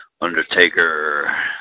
Undertaker